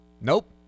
Nope